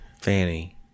Fanny